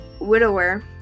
widower